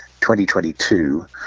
2022